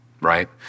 right